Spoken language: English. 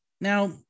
Now